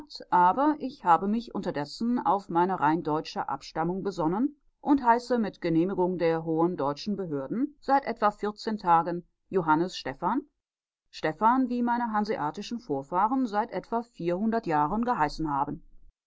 aber ich habe mich unterdessen auf meine rein deutsche abstammung besonnen und heiße mit genehmigung der hohen deutschen behörden seit etwa vierzehn tagen johannes stefan stefan wie meine hanseatischen vorfahren seit etwa vierhundert jahren geheißen haben